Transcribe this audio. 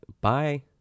Bye